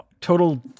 Total